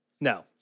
No